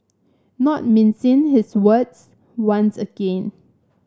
not mincing his words once again